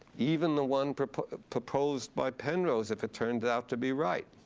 even the one proposed proposed by penrose, if it turns out to be right,